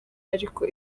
ariko